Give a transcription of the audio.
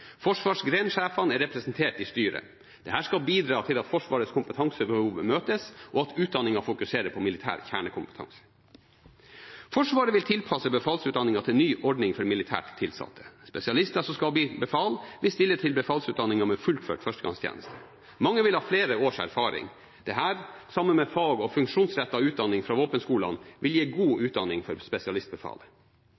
er representert i styret. Dette skal bidra til at Forsvarets kompetansebehov møtes, og at utdanningen fokuserer på militær kjernekompetanse. Forsvaret vil tilpasse befalsutdanningen til den nye ordningen for militært tilsatte. Spesialister som skal bli befal, vil stille til befalsutdanningen med fullført førstegangstjeneste. Mange vil ha flere års erfaring. Dette, sammen med fag- og funksjonsrettet utdanning fra våpenskolene, vil gi en god